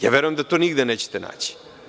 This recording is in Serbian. Ja verujem da to nigde nećete naći.